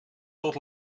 tot